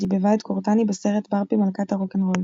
דיבבה את קורטני בסרט "ברבי מלכת הרוקנרול".